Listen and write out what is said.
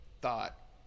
thought